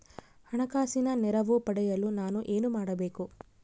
ಹಣಕಾಸಿನ ನೆರವು ಪಡೆಯಲು ನಾನು ಏನು ಮಾಡಬೇಕು?